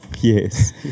Yes